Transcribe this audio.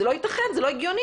זה לא יתכן וזה לא הגיוני.